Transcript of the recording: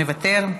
מוותר.